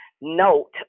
note